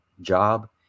job